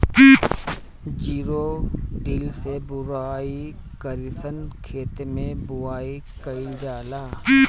Zero till से बुआई कयिसन खेते मै बुआई कयिल जाला?